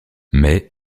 mais